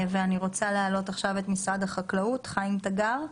אני רוצה להעלות את משרד החקלאות, חיים תגר,